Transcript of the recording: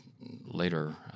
later